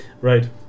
Right